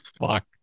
fuck